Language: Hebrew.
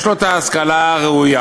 יש לו ההשכלה הראויה